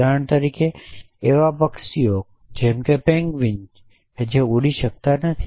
ઉદાહરણ તરીકે એવા પક્ષીઓ છે જે પેંગ્વિન ઉડી શકતા નથી